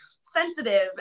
sensitive